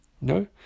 no